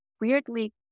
weirdly